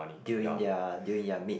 during their during their mid